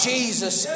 Jesus